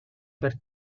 per